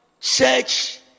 church